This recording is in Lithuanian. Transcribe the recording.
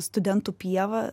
studentų pieva